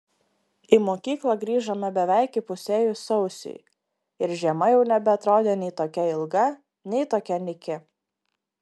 į mokyklą grįžome beveik įpusėjus sausiui ir žiema jau nebeatrodė nei tokia ilga nei tokia nyki